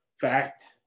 fact